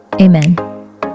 amen